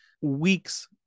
Weeks